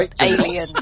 alien